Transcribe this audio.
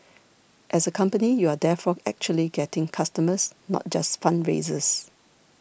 as a company you are therefore actually getting customers not just fundraisers